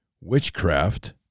witchcraft